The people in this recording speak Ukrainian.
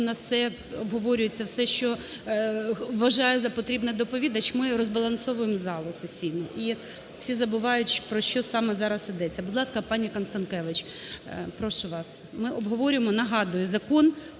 нас обговорюється все, що вважає за потрібне доповідач, ми розбалансовуємо залу сесійну, і всі забувають, про що саме зараз йдеться. Будь ласка, пані Констанкевич. Прошу вас. Ми обговорюємо, нагадую, Закон